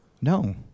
No